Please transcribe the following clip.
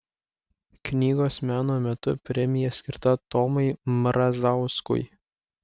knygos meno metų premija skirta tomui mrazauskui